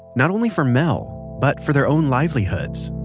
not only for mel, but for their own livelihoods.